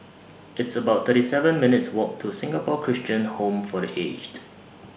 It's about thirty seven minutes' Walk to Singapore Christian Home For The Aged